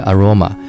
Aroma